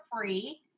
free